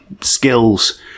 skills